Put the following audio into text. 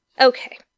Okay